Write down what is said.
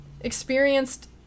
experienced